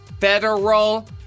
federal